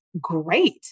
great